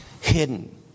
hidden